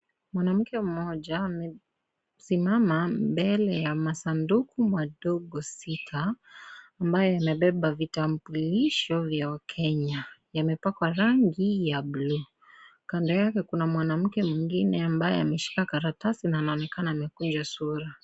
Mwanamke mmoja amesimama mbele ya masanduku madogo sita ambaye inabeba vitambilisho vya wakenya yamepakwa rangi ya bluu. Kando yake kuna mwingine ambaye ameshika karatasi na anaonekana amekunja sura.